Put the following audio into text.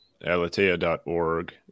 alatea.org